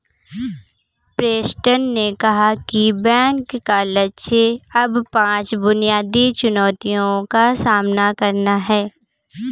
Preston ने कहा कि बैंक का लक्ष्य अब पांच बुनियादी चुनौतियों का सामना करना है